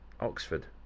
Oxford